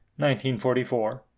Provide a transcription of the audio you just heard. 1944